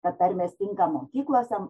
kad tarmės tinka mokyklose